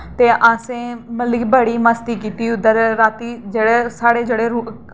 ते असें मतलब कि बड़ी मस्ती कीती उद्धर रातीं जेह्ड़े साढ़े जेह्ड़े रूक्